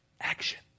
action